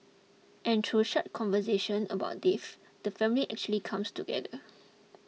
and through such conversation about death the family actually comes together